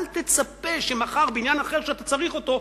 אל תצפה שמחר בעניין אחר שאתה צריך אותו,